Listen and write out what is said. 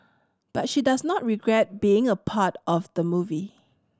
but she does not regret being a part of the movie